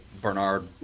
Bernard